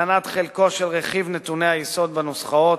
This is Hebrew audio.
הקטנת חלקו של רכיב נתוני היסוד בנוסחאות,